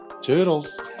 toodles